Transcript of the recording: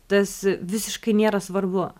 tas visiškai nėra svarbu